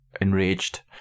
enraged